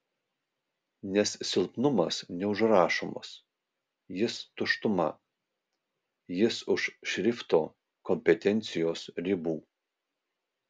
nes silpnumas neužrašomas jis tuštuma jis už šrifto kompetencijos ribų